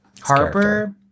Harper